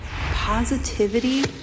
Positivity